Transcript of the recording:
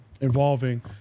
involving